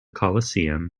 coliseum